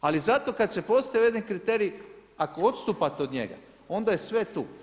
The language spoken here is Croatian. Ali, zato kad se postave jedni kriteriji, ako odstupate od njega, onda je sve tu.